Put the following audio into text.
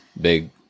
Big